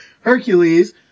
Hercules